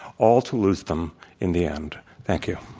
all to lose them in the end. thank you.